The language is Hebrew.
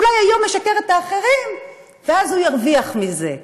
אולי היום משקר לאחרים ואז הוא ירוויח מזה.